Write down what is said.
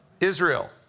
Israel